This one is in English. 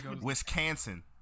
wisconsin